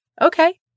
Okay